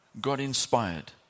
God-inspired